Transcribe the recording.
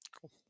cool